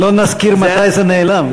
לא נזכיר מתי זה נעלם.